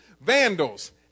Vandals